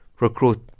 recruit